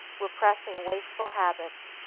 repressing wasteful habits,